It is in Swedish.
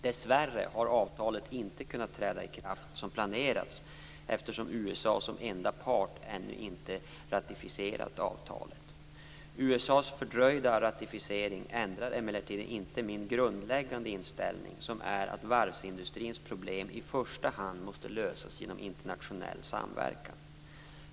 Dessvärre har avtalet inte kunnat träda i kraft som planerat eftersom USA som enda part ännu inte ratificerat avtalet. USA:s fördröjda ratificering ändrar emellertid inte min grundläggande inställning som är att varvsindustrins problem i första hand måste lösas genom internationell samverkan.